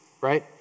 right